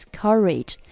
courage